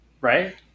right